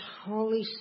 Holy